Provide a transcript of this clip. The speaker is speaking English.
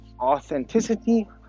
authenticity